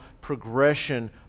progression